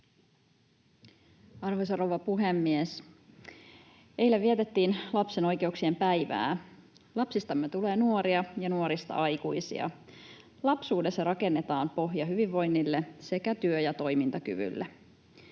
Arvoisa rouva puhemies! Eilen vietettiin lapsen oikeuksien päivää. Lapsistamme tulee nuoria ja nuorista aikuisia. Lapsuudessa rakennetaan pohja hyvinvoinnille sekä työ- ja toimintakyvylle.